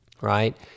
right